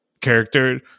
character